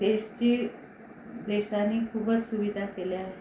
देशची देशाने खूपच सुविधा केल्या आहे